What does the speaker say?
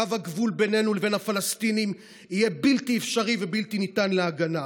קו הגבול בינינו לבין הפלסטינים יהיה בלתי אפשרי ובלתי ניתן להגנה.